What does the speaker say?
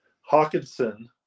Hawkinson